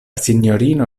sinjorino